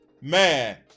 man